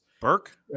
Burke